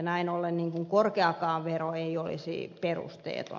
näin ollen korkeakaan vero ei olisi perusteeton